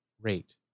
rate